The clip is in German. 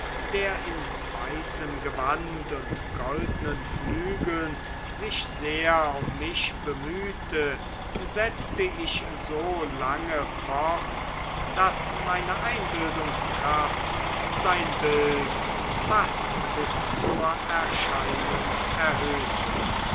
der in weißem gewand und goldnen flügeln sich sehr um mich bemühte setzte ich so lange fort daß meine einbildungskraft sein bild fast bis zur erscheinung erhöhte